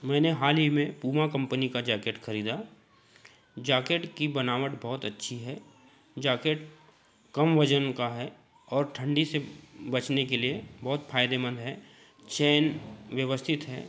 मैंने हाल ही में पूमा कम्पनी का जैकेट खरीदा जाकेट की बनावट बहुत अच्छी है जाकेट कम वजन का है और ठंडी से बचने के लिए बहुत फायदेमंद है चैन व्यवस्थित है